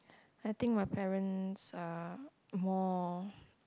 I think my parents are more